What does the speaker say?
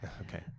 Okay